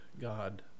God